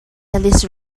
alice